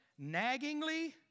naggingly